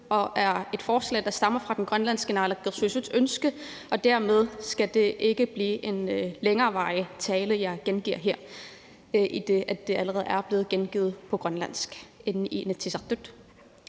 og er et forslag, der stammer fra den grønlandske naalakkersuisuts ønske, og dermed skal det ikke blive en længerevarende tale, jeg gengiver her, idet den allerede er blevet gengivet på grønlandsk